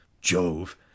jove